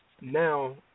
now